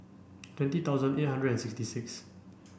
twenty thousand eight hundred and sixty six